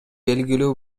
белгилүү